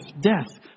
death